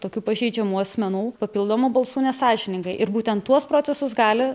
tokių pažeidžiamų asmenų papildomų balsų nesąžiningai ir būten tuos procesus gali